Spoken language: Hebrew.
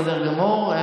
בסדר גמור.